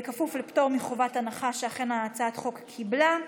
בכפוף לפטור מחובת הנחה, שאכן הצעת החוק קיבלה.